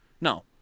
No